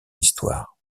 histoire